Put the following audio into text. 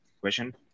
question